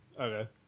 Okay